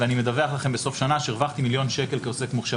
ואני מדווח לכם בסוף שנה שהרווחתי מיליון שקל כעוסק מורשה.